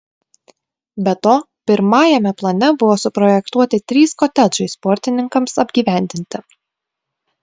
be to pirmajame plane buvo suprojektuoti trys kotedžai sportininkams apgyvendinti